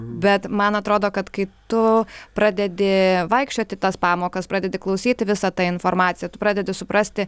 bet man atrodo kad kai tu pradedi vaikščiot į tas pamokas pradedi klausyti visą tą informaciją tu pradedi suprasti